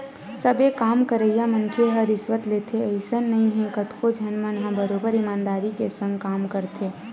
सबे काम करइया मनखे ह रिस्वत लेथे अइसन नइ हे कतको झन मन ह बरोबर ईमानदारी के संग काम करथे